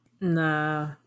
Nah